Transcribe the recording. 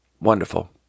Wonderful